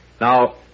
Now